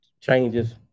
Changes